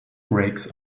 brakes